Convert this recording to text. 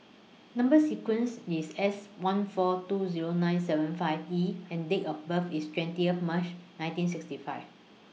Number sequence IS S one four two Zero nine seven five E and Date of birth IS twentieth March nineteen sixty five